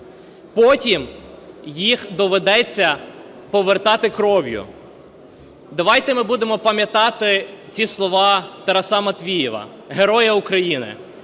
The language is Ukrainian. потім їх доведеться повертати кров'ю". Давайте ми будемо пам’ятати ці слова Тараса Матвіїва – Героя України.